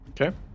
Okay